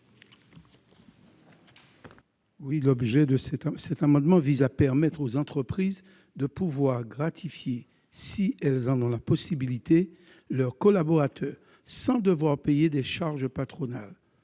Maurice Antiste. Cet amendement vise à permettre aux entreprises de gratifier, si elles en ont la possibilité, leurs collaborateurs sans devoir payer de charges patronales.